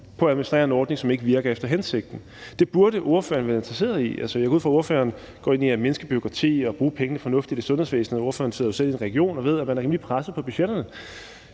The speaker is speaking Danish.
på at administrere en ordning, som ikke virker efter hensigten. Det burde ordføreren være interesseret i. Jeg går ud fra, at ordføreren går ind for at mindske bureaukrati og at bruge pengene fornuftigt i sundhedsvæsenet, og ordføreren sidder jo selv i en region og ved, at man er rimelig presset på budgetterne.